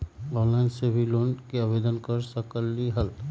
Online से भी loan के आवेदन कर सकलीहल?